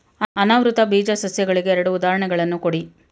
ಅನಾವೃತ ಬೀಜ ಸಸ್ಯಗಳಿಗೆ ಎರಡು ಉದಾಹರಣೆಗಳನ್ನು ಕೊಡಿ